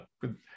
good